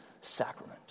sacrament